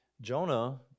Jonah